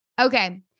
Okay